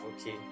okay